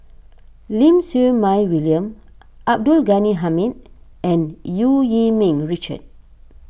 Lim Siew Mai William Abdul Ghani Hamid and Eu Yee Ming Richard